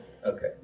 Okay